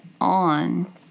on